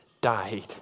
died